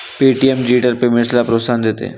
Paytm digital पेमेंट्सला प्रोत्साहन देते